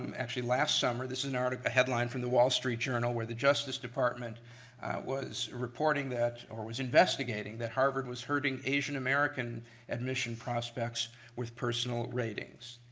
um actually last summer, this is and um a headline from the wall street journal where the justice department was reporting that, or was investigating that harvard was hurting asian american admission prospects with personal ratings.